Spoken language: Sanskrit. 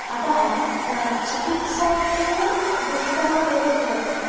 अतः चिकित्सा तु दुष्करा एव भवति